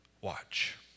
watch